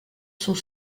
sont